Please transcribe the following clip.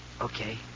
Okay